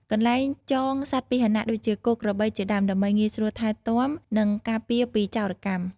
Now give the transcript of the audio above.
កន្លែងចងសត្វពាហនៈ ដូចជា គោ ក្របី ជាដើម ដើម្បីងាយស្រួលថែទាំ និងការពារពីចោរកម្ម ។